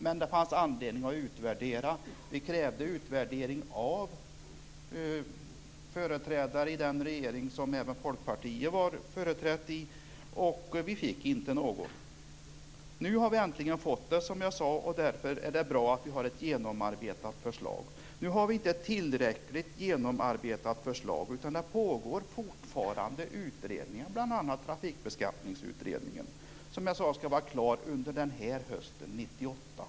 Men det fanns anledning att utvärdera det. Vi krävde utvärdering av företrädare i den regering som även Folkpartiet ingick i. Men vi fick inte någon. Nu har vi äntligen fått det, som jag sade. Och därför är det bra att vi har ett genomarbetat förslag. Men nu har vi inte ett tillräckligt genomarbetat förslag, utan det pågår fortfarande utredningar, bl.a. Trafikbeskattningsutredningen, som jag sade skall vara klar under hösten 1998.